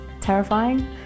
terrifying